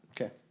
Okay